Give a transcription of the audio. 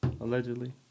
Allegedly